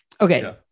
Okay